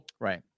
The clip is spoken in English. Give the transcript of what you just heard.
Right